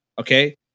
okay